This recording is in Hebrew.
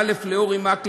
א.